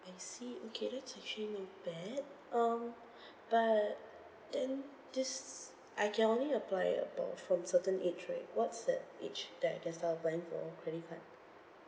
I see okay that's actually not bad um but then this I can only apply above from certain age right what's that age that I can start applying for credit card